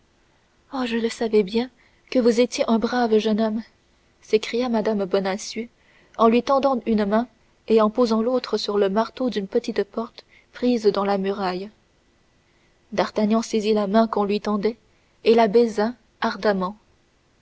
ah je le savais bien que vous étiez un brave jeune homme s'écria mme bonacieux en lui tendant une main et en posant l'autre sur le marteau d'une petite porte presque perdue dans la muraille d'artagnan saisit la main qu'on lui tendait et la baisa ardemment